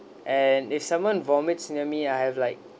and if someone vomits near me I have like